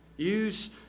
Use